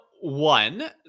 one